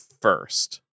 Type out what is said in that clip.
first